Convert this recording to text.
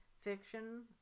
fiction